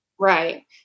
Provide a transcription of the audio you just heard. Right